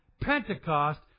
Pentecost